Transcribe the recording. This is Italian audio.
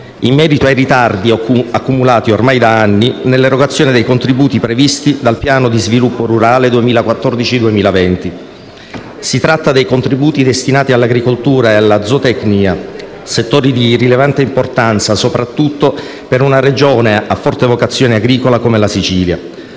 in merito ai ritardi accumulati ormai da anni nell'erogazione dei contributi previsti dal Programma di sviluppo rurale 2014‑2020. Si tratta dei contributi destinati all'agricoltura e alla zootecnia, settori di rilevante importanza, soprattutto per una Regione a forte vocazione agricola come la Sicilia,